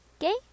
okay